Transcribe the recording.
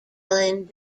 island